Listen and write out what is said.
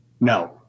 No